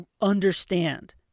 understand